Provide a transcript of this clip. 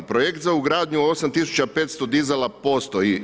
Projekt za ugradnju 8 500 dizala postoji.